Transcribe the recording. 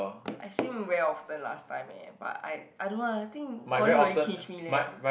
I swim way often last time eh but I I don't know lah I think poly really change me leh